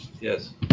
Yes